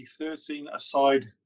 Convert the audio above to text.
13-a-side